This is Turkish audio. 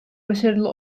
başarılı